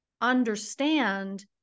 understand